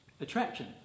attraction